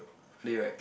friday right